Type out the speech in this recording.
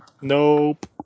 Nope